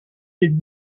des